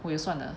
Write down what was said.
我有算的